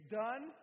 done